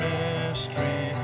mystery